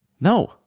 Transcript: No